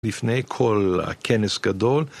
לפני כל... הכנס גדול,